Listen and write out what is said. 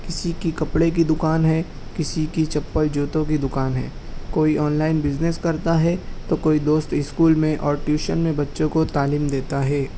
کسی کی کپڑے کی دُکان ہے کسی کی چپل جوتوں کی دُکان ہے کوئی آنلائن بِزنس کرتا ہے تو کوئی دوست اسکول میں اور ٹیوشن میں بچوں کو تعلیم دیتا ہے